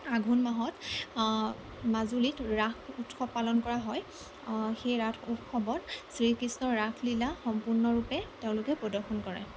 আঘোণ মাহত মাজুলীত ৰাস উৎসৱ পালন কৰা হয় সেই ৰাস উৎসৱত শ্ৰী কৃষ্ণৰ ৰাসলীলা সম্পূৰ্ণৰূপে তেওঁলোকে প্ৰদৰ্শন কৰে